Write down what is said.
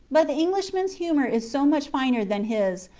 but the englishman's humor is so much finer than his,